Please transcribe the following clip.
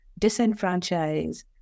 disenfranchise